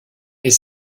est